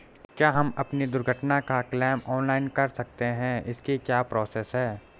क्या हम अपनी दुर्घटना का क्लेम ऑनलाइन कर सकते हैं इसकी क्या प्रोसेस है?